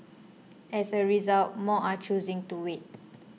as a result more are choosing to wait